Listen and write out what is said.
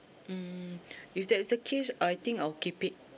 mm if that's the case I think I'll keep it